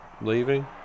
leaving